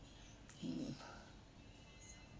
mm